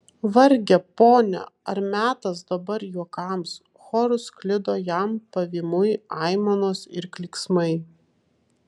varge pone ar metas dabar juokams choru sklido jam pavymui aimanos ir klyksmai